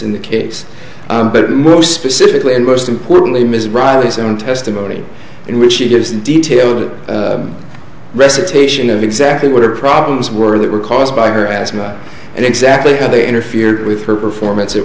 in the case but most specifically and most importantly ms riley's own testimony in which she gives detailed recitation of exactly what her problems were that were caused by her asthma and exactly how they interfered with her performance at